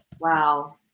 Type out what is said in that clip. Wow